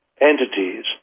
entities